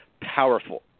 powerful